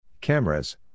Cameras